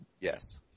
Yes